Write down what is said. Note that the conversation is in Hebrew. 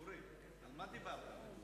אורי, על מה דיברת?